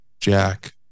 Jack